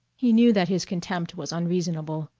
he knew that his contempt was unreasonable.